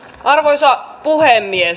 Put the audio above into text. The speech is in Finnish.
arvoisa puhemies